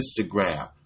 Instagram